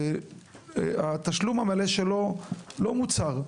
התשלום המלא שלו לא מוצהר,